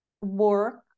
work